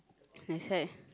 that's why